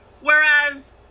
Whereas